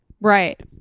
Right